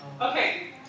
Okay